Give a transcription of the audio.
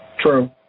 True